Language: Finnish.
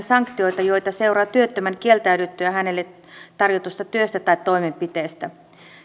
sanktioita joita seuraa työttömän kieltäydyttyä hänelle tarjotusta työstä tai toimenpiteestä